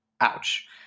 ouch